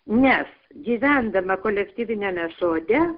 nes gyvendama kolektyviniame sode